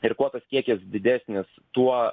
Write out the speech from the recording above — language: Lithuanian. ir kuo tas kiekis didesnis tuo